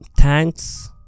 thanks